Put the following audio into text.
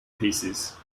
pieces